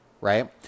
right